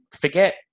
forget